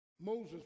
Moses